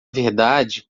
verdade